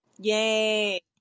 Yay